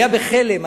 היה בחלם,